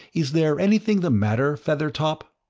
is there anything the matter, feathertop?